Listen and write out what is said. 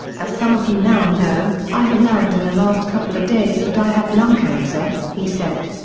as some of you now know, i have learned in the last couple of days that i have lung cancer, he said.